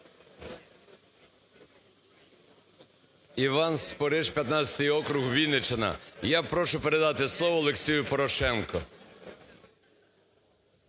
Іван Спориш, 15 округ, Вінниччина. Я прошу передати слово Олексію Порошенку.